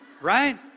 Right